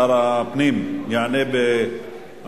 נגד, אין, נמנעים, אין.